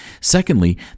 Secondly